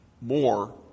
more